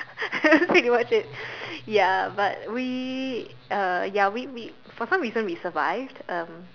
that's pretty much it ya but we uh ya we we for some reason we survive um